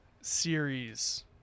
series